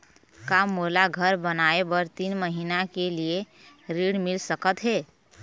का मोला घर बनाए बर तीन महीना के लिए ऋण मिल सकत हे?